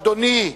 אדוני,